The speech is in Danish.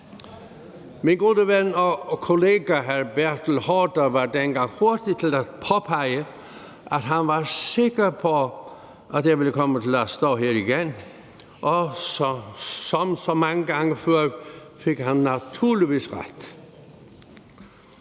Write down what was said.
Min gode ven og kollega hr. Bertel Haarder var dengang hurtig til at påpege, at han var sikker på, at jeg ville komme til at stå her igen, og som så mange gange før fik han naturligvis ret.